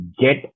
get